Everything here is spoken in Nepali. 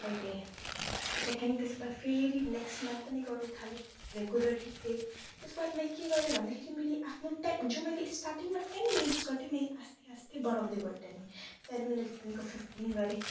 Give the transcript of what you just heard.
मैले सेकेन्ड त्यसको बाद फेरि नेक्स्ट मन्थ पनि गर्नु थालेँ रेगुलरली त्यही त्यसको बाद मैले के गरेँ भन्दाखेरि मैले आफ्नो टेन जो मैले स्टार्टिङमा टेन मिनट्स गर्थेँ मैले आस्ते आस्ते बढाउँदै गएँ टेन टेन मिनटदेखिन्को फिफ्टिन गरेँ